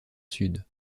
sud